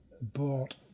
bought